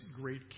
great